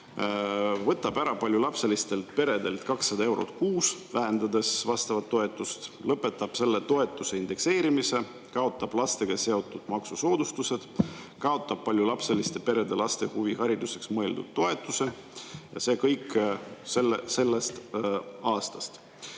võtab paljulapselistelt peredelt ära 200 eurot kuus, vähendades vastavat toetust, lõpetab selle toetuse indekseerimise, kaotab lastega seotud maksusoodustused, kaotab paljulapseliste perede laste huvihariduseks mõeldud toetuse – kõike seda sellest aastast.